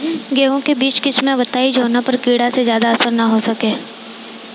गेहूं के बीज के किस्म बताई जवना पर कीड़ा के ज्यादा असर न हो सके?